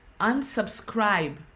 unsubscribe